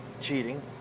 cheating